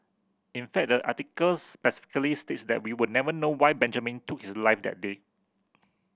in fact the article specifically states that we will never know why Benjamin took his life that day